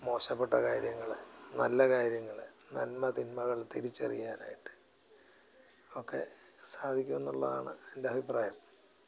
മോശപ്പെട്ട കാര്യങ്ങൾ നല്ല കാര്യങ്ങൾ നന്മ തിന്മകൾ തിരിച്ചറിയാനായിട്ടൊക്കെ സാധിക്കും എന്നുള്ളതാണ് എൻ്റെ അഭിപ്രായം